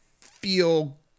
feel